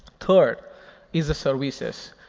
third is the services.